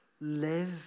live